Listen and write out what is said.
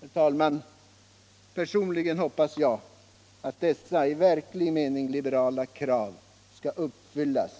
Herr talman! Personligen hoppas jag att dessa i verklig mening liberala krav skall uppfyllas